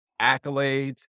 accolades